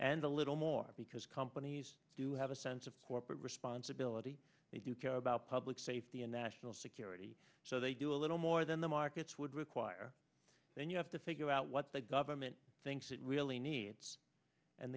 and a little more because companies do have a sense of corporate responsibility if you care about public safety and national security so they do a little more than the markets would require then you have to figure out what the government thinks it really needs and